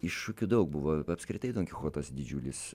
iššūkių daug buvo apskritai donkichotas didžiulis